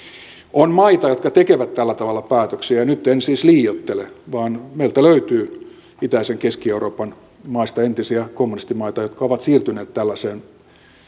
on maita jotka tekevät tällä tavalla päätöksiä ja nyt en siis liioittele vaan meiltä löytyy itäisen keski euroopan maista entisiä kommunistimaita jotka ovat siirtyneet tällaiseen